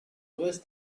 worse